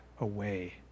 away